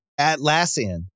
Atlassian